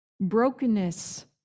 Brokenness